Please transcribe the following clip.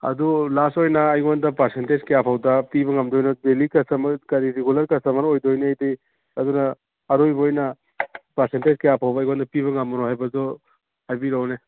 ꯑꯗꯨ ꯂꯥꯁ ꯑꯣꯏꯅ ꯑꯩꯉꯣꯟꯗ ꯄꯥꯔꯁꯦꯟꯇꯦꯖ ꯀꯌꯥ ꯐꯥꯎꯗ ꯄꯤꯕ ꯉꯝꯗꯣꯏꯅꯣ ꯗꯦꯂꯤ ꯀꯁꯇꯃꯔ ꯀꯔꯤ ꯔꯤꯒꯨꯂꯔ ꯀꯁꯇꯃꯔ ꯑꯣꯏꯗꯣꯏꯅꯦ ꯑꯩꯗꯤ ꯑꯗꯨꯅ ꯑꯔꯣꯏꯕ ꯑꯣꯏꯅ ꯄꯥꯔꯁꯦꯟꯇꯦꯖ ꯀꯌꯥ ꯐꯥꯎꯕ ꯑꯩꯉꯣꯅꯗ ꯄꯤꯕ ꯉꯝꯕꯅꯣ ꯍꯥꯏꯕꯗꯣ ꯍꯥꯏꯕꯤꯔꯛꯎꯅꯦ